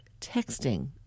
texting